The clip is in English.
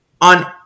on